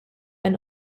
and